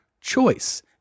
choice